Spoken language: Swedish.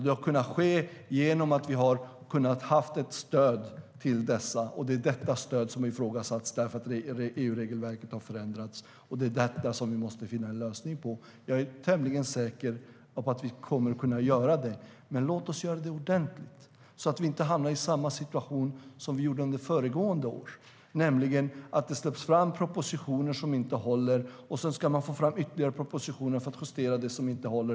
Det har kunnat ske genom att vi har kunnat ha ett stöd till dessa, och det är detta stöd som har ifrågasatts därför att EU-regelverket har förändrats. Det är det vi måste finna en lösning på. Jag är tämligen säker på att vi kommer att kunna göra det. Men låt oss göra det ordentligt så att vi inte hamnar i samma situation som vi gjorde under föregående år, nämligen att det läggs fram propositioner som inte håller och att man sedan ska få fram ytterligare propositioner för att justera det som inte håller.